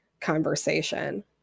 conversation